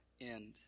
end